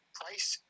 price